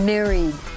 Married